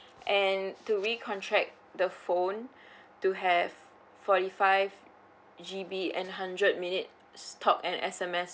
and to recontract the phone to have forty five G_B and hundred minute talk and S_M_S